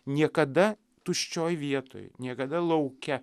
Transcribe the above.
niekada tuščioj vietoj niekada lauke